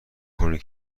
کنی